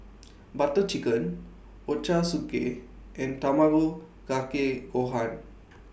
Butter Chicken Ochazuke and Tamago Kake Gohan